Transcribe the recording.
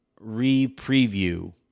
re-preview